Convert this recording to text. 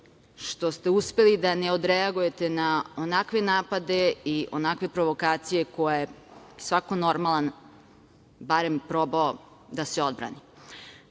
što ste uspeli da ne odreagujete na onakve napade i onakve provokacije, na koje bi svako normalan barem probao da se odbrani.